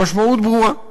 המשמעות ברורה.